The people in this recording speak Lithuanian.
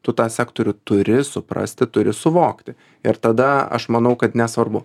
tu tą sektorių turi suprasti turi suvokti ir tada aš manau kad nesvarbu